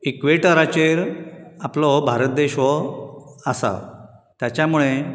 इकवेटराचेर आपलो हो भारत देश वो आसा ताच्या मुळें